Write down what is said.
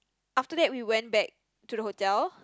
after that we went back to the hotel